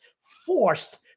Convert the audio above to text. forced